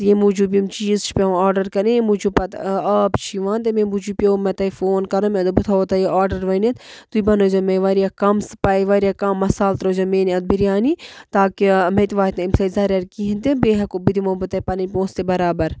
ییٚمۍ موٗجوٗب یِم چیٖز چھِ پٮ۪وان آرڈَر کَرٕنۍ ییٚمۍ موٗجوٗب پَتہٕ آب چھِ یِوان تَمے موٗجوٗب پیوٚو مےٚ تۄہہِ فون کَرُن مےٚ دوٚپ بہٕ تھاوو تۄہہِ یہِ آرڈَر ؤنِتھ تُہۍ بَنٲیزیو مےٚ یہِ واریاہ کَم سٕپاے واریاہ کَم مصالہٕ ترٛٲیزیو میٛٲنہِ اَتھ بِریانی تاکہِ مےٚ تہِ واتہِ نہٕ اَمۍ سۭتۍ زَرٮ۪ر کِہیٖنۍ تہِ بیٚیہِ ہٮ۪کو بہٕ دِمو بہٕ تۄہہِ پَنٕنۍ پونٛسہٕ تہِ بَرابَر